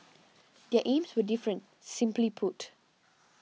their aims were different simply put